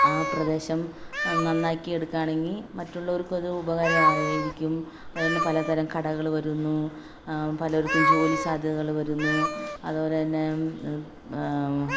ആ പ്രദേശം നന്നാക്കി എടുക്കാണെങ്കിൽ മറ്റുള്ളവർക്ക് ഒരു ഉപകാരം ആയിരിക്കും അത് പലതരം കടകൾ വരുന്നു പലർക്കും ജോലി സാധ്യതകൾ വരുന്നു അതുപോലെ തന്നെ